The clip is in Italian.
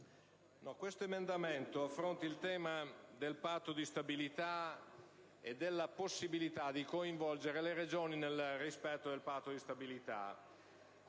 l'emendamento 2.2 affronta il tema del Patto di stabilità e della possibilità di coinvolgere le Regioni nel rispetto dello stesso.